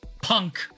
Punk